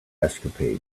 escapade